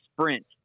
sprint